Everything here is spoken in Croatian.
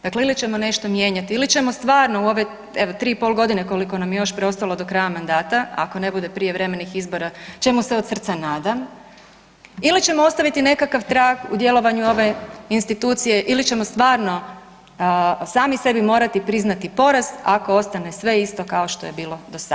Dakle ili ćemo nešto mijenjati ili ćemo stvarno u ove evo, 3,5 godine koliko nam je još preostalo do kraja mandata, ako ne bude prijevremenih izbora, čemu se od srca nadam, ili ćemo ostaviti nekakav trag u djelovanju ove institucije, ili ćemo stvarno sami sebi morati priznati poraz ako ostane sve isto kao što je bilo do sada.